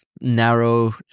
narrow